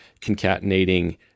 concatenating